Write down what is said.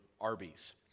Arby's